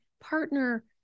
partner